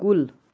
کُل